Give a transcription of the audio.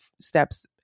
steps